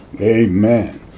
Amen